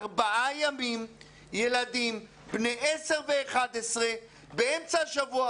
ארבעה ימים ילדים בני 10 ו-11 באמצע השבוע